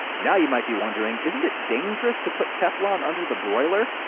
now you might be wondering, isn't it dangerous to put teflon under the broiler?